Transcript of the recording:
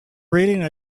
reading